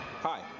Hi